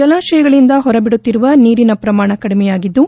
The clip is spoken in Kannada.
ಜಲಾಶಯಗಳಿಂದ ಹೊರಬಿಡುತ್ತಿರುವ ನೀರಿನ ಶ್ರಮಾಣ ಕಡಿಮೆಯಾಗಿದ್ದು